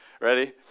Ready